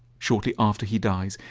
shortly after he dies,